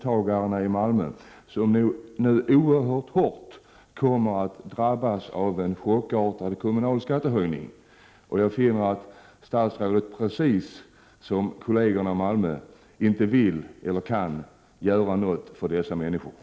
Jag vill därför ställa följande fråga: Kan invandrarministern redogöra för den praxis som regeringen tillämpar och för hur hänsyn tas till läkarintyg vid verkställande av utvisningsbeslut?